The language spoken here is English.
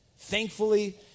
Thankfully